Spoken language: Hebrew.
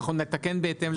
אנחנו נתקן בהתאם.